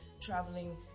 traveling